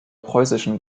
preußischen